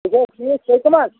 سُہ گوٚو ٹھیٖک تُہۍ کٕم حظ